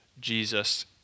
Jesus